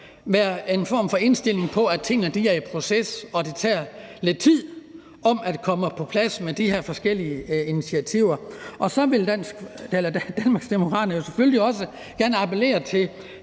være indstillet på, at tingene er i proces, og at det tager lidt tid at komme på plads med de her forskellige initiativer. Så vil Danmarksdemokraterne jo selvfølgelig også gerne appellere til